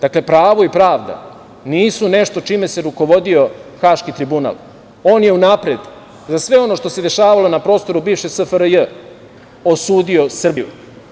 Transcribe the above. Dakle, pravo i pravda nisu nešto čime se rukovodio Haški tribunal, on je unapred za sve ono što se dešavalo na prostoru bivše SFRJ osudio Srbiju.